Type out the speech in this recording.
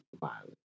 violence